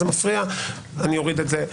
זה מפריע - אני אוריד את זה.